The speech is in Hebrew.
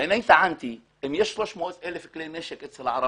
אני טענתי שאם יש 300,000 כלי נשק אצל הערבים,